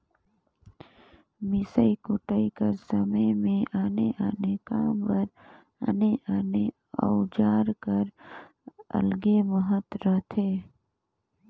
मिसई कुटई कर समे मे आने आने काम बर आने आने अउजार कर अलगे महत रहथे